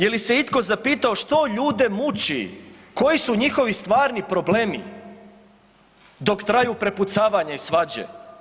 Je li se itko zapitao što ljude muči, koji su njihovi stvarni problemi dok traju prepucavanja i svađe?